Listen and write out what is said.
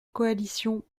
coalition